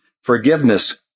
Forgiveness